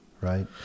right